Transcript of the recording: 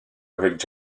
avec